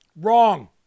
wrong